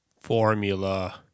Formula